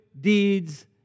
deeds